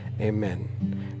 Amen